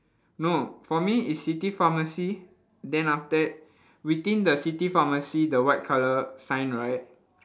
no for me is city pharmacy then after that within the city pharmacy the white colour sign right